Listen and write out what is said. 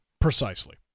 precisely